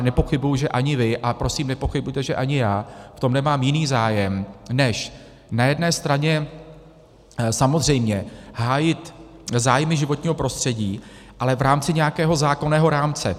Nepochybuji, že ani vy, a prosím nepochybujte, že ani já v tom nemám jiný zájem než na jedné straně samozřejmě hájit zájmy životního prostředí, ale v rámci nějakého zákonného rámce.